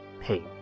Hey